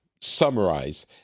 summarize